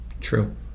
True